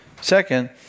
Second